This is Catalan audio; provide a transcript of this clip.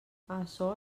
açò